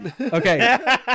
Okay